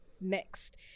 next